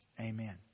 amen